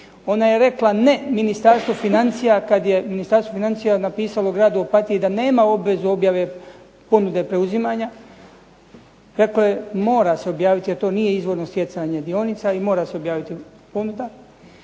Ona je rekla ne Ministarstvu financija kad je Ministarstvo financija napisalo u gradu Opatiji da nema obvezu objave ponude preuzimanja. Dakle, mora se objaviti jer to nije izvorno stjecanje dionica i mora se objaviti ponuda.